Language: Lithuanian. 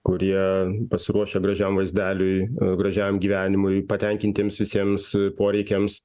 kurie pasiruošę gražiam vaizdeliui gražiam gyvenimui patenkintiems visiems poreikiams